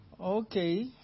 Okay